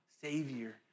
savior